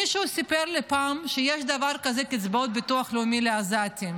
מישהו סיפר לי פעם שיש דבר כזה קצבאות ביטוח לאומי לעזתים.